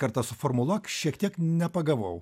kartą suformuluok šiek tiek nepagavau